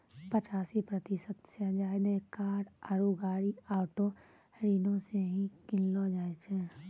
पचासी प्रतिशत से ज्यादे कार आरु गाड़ी ऑटो ऋणो से ही किनलो जाय छै